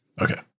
Okay